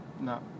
No